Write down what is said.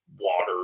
water